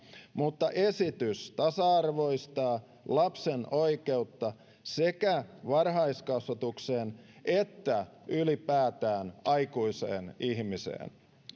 mutta esitys tasa arvoistaa lapsen oikeutta sekä varhaiskasvatukseen että ylipäätään aikuiseen ihmiseen